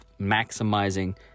maximizing